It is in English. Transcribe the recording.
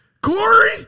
Corey